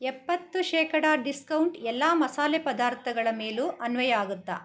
ಎಪ್ಪತ್ತು ಶೇಕಡಾ ಡಿಸ್ಕೌಂಟ್ ಎಲ್ಲ ಮಸಾಲೆ ಪದಾರ್ಥಗಳ ಮೇಲೂ ಅನ್ವಯ ಆಗುತ್ತಾ